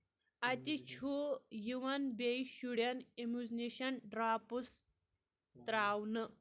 اَتہِ چھُ یِوان بیٚیہِ شُریٚن اموٗزنیشن ڈراپٕس تراونہٕ